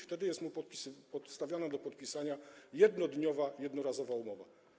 Wtedy jest mu podstawiana do podpisania jednodniowa, jednorazowa umowa.